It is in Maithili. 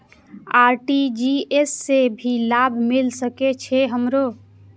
आर.टी.जी.एस से की लाभ मिल सके छे हमरो?